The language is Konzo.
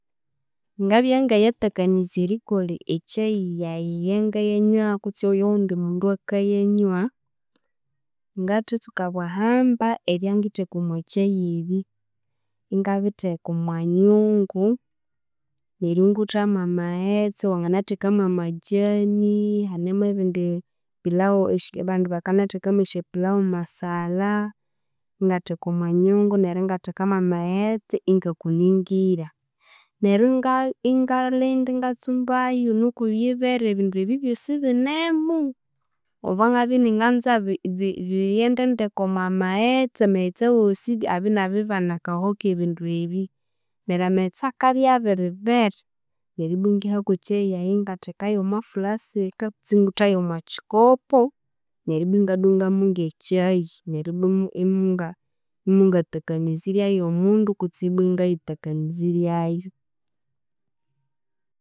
Ngabya ng'ayatakanizya erikolha ekyayi yayi eyangayanywa kutse ey'owundi mundu eyakayanywa, ngathatsuka obwahamba ebyangitheka omwakyayi ebi ingabitheka omo nyungu, neryo ingutha mwamaghetse, wanganatheka mwamajani, hanemo ebindi pilawo esyo abandi bakanathekamo esyapilawo masala, ingatheka omo nyungu, neryo ingathekamo amaghetse ingakuningira, neryo inga ingalinda ingatsumbayo nuku yibere ebindu ebi ebyosi ibinemo, obo ngabya ininganza bi- bi bighende ndeke omwa maghetse, amaghetse awosi abye inabibana akahoho ak'ebindu ebi, neryo amaghetse akabya abiriberya, neryo ibbwa ingiha kw'ekyayi yayi ingathekayo omwa fulasika kutse inguthayo omwa kikopo, neryo ibbwa ingadungamo ng'ekyayi neryo ibbwa imu imunga imungatakanizirya y'omundu kutse ibbwa imungayitakaniziryayo.